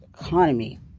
economy